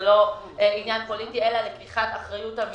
זה לא עניין פוליטי אלא לקיחת אחריות אמיתית,